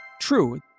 True